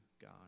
God